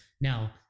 Now